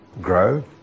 grow